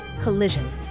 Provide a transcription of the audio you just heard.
Collision